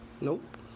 Nope